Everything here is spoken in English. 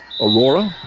Aurora